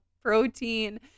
protein